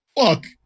fuck